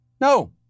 No